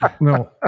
No